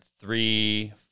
three